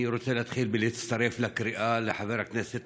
אני רוצה להתחיל בלהצטרף לקריאה לחבר הכנסת